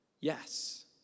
yes